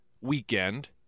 weekend